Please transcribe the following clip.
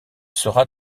sera